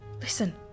Listen